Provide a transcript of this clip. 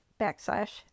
backslash